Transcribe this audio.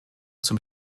zum